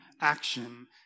action